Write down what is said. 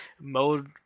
Mode